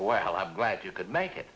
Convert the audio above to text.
while i'm glad you could make it